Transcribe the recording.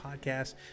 podcast